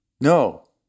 no